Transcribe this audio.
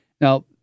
Now